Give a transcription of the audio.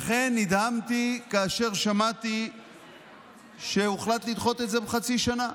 לכן נדהמתי כאשר שמעתי שהוחלט לדחות את זה בחצי שנה.